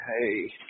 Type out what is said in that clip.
hey